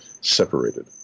separated